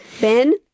Ben